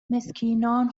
مسکینان